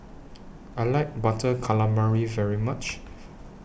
I like Butter Calamari very much